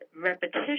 repetition